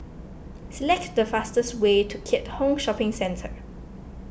select the fastest way to Keat Hong Shopping Centre